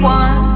one